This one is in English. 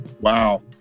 Wow